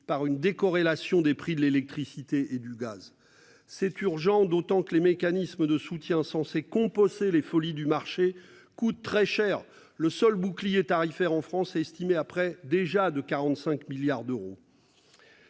par une décorrélation des prix de l'électricité et du gaz. C'est urgent, d'autant que les mécanismes de soutien compenser les folies du marché coûte très cher. Le seul bouclier tarifaire en France, a estimé après déjà de 45 milliards d'euros.--